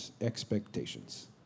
expectations